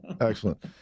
Excellent